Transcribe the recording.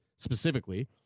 specifically